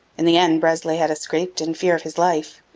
in the end breslay had escaped in fear of his life.